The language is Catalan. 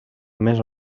més